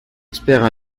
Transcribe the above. experts